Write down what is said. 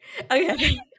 okay